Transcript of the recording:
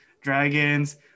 dragons